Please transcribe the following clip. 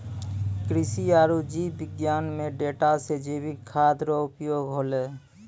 कृषि आरु जीव विज्ञान मे डाटा से जैविक खाद्य रो उपयोग होलै